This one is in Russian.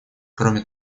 кроме